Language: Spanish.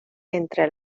entre